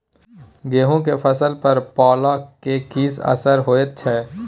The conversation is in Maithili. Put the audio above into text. गेहूं के फसल पर पाला के की असर होयत छै?